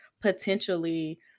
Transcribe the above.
potentially